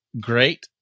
Great